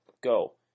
go